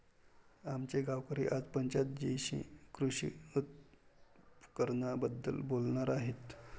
आमचे गावकरी आज पंचायत जीशी कृषी उपकरणांबद्दल बोलणार आहेत